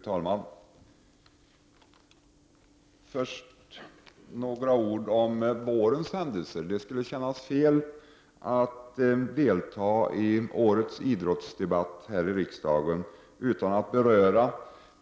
Fru talman! Jag vill först säga några ord om det som hänt nu i vår. Det skulle kännas fel att delta i årets idrottsdebatt här i riksdagen utan att beröra